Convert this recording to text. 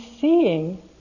seeing